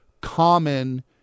common